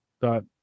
dot